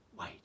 wait